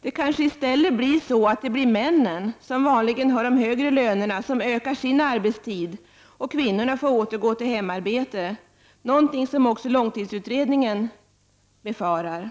Det kanske i stället blir männen, som vanligen har de högre lönerna, som ökar sin arbetstid, och kvinnorna får återgå till hemarbete. Det är något som också långtidsutredningen befarar.